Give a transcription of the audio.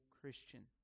Christian